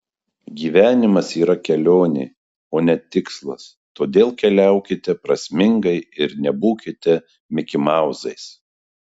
gyvenimas yra kelionė o ne tikslas todėl keliaukite prasmingai ir nebūkite mikimauzais